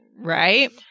Right